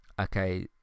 okay